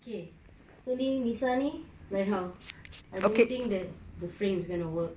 okay so ni lisa ni like how I don't think the the